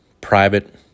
private